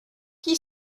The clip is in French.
qui